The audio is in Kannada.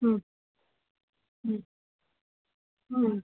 ಹ್ಞೂ ಹ್ಞೂ ಹ್ಞೂ